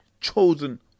chosen